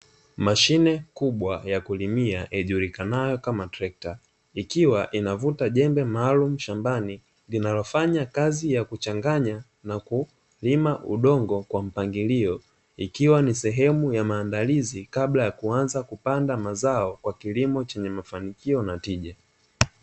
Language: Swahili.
Mashine kubwa ya kulimia ijulikanayo kama trekta ikiwa inavuta jembe maalumu shambani linalofanya kazi ya kuchanganya na kulima udongo kwa mpangilio, ikiwa ni sehemu ya maandalizi kabla ya kuanza kupanda mazao kwa kilimo chenye mafanikio na tija.